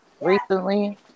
recently